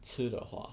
吃的话